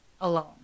alone